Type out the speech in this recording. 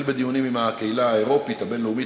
בדיונים עם הקהילה האירופית הבין-לאומית,